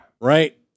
Right